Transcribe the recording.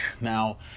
Now